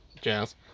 jazz